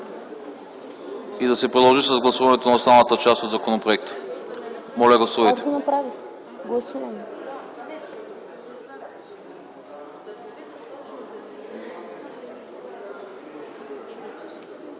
и да се продължи с гласуването на останалата част на законопроекта. Гласували